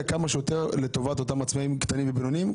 כמה שיותר לטובת אותם עצמאים קטנים ובינוניים,